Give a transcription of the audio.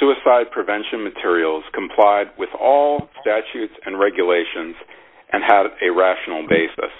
suicide prevention materials complied with all statutes and regulations and had a rational basis